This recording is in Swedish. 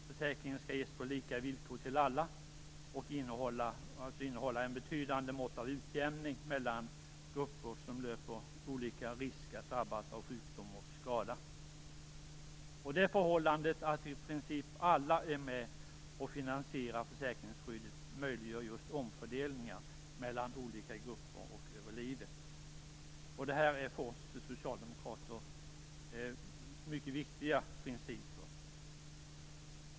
Försäkringen skall ges på lika villkor till alla och innehålla ett betydande mått av utjämning mellan grupper som löper olika risk att drabbas av sjukdom och skada. Det förhållandet att i princip alla är med och finansierar försäkringsskyddet möjliggör just omfördelningar mellan olika grupper och över livet. Detta är för oss socialdemokrater mycket viktiga principer.